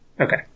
Okay